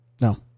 No